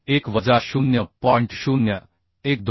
1 वजा 0